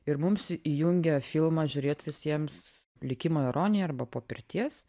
ir mums įjungia filmą žiūrėt visiems likimo ironija arba po pirties